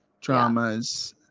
dramas